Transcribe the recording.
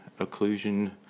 occlusion